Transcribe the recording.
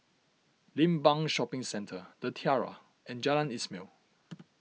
Limbang Shopping Centre the Tiara and Jalan Ismail